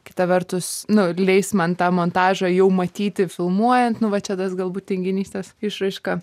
kita vertus nu leis man tą montažą jau matyti filmuojant nu va čia tas galbūt tinginystės išraiška